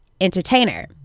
entertainer